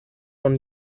von